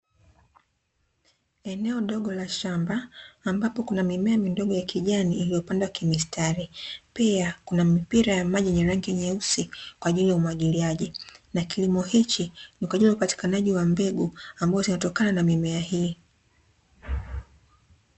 Eneo dogo la shamba ambapo kuna mimea midogo ya kijani iliyopandwa kimistari, pia kuna mipira ya maji yenye rangi nyeusi kwa ajili ya umwagiliaji na kilimo hichi ni kwa ajili ya upatikanaji wa mbegu ambazo zinatokana na mimea hii.